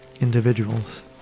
individuals